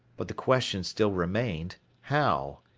but the question still remained how?